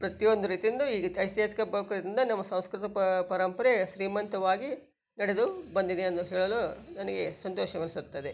ಪ್ರತಿಯೊಂದು ರೀತಿಯಿಂದ್ಲು ಈ ಐತಿಹಾಸಿಕ ಇಂದ ನಮ್ಮ ಸಂಸ್ಕೃತಿ ಪ ಪರಂಪರೆ ಶ್ರೀಮಂತವಾಗಿ ನಡೆದು ಬಂದಿದೆ ಎಂದು ಹೇಳಲು ನನಗೆ ಸಂತೋಷವೆನಿಸುತ್ತದೆ